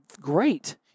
great